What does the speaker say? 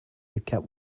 recap